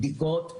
בדיקות,